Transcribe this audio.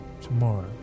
tomorrow